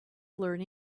blurred